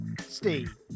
Steve